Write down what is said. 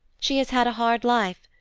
she has had a hard life.